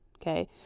Okay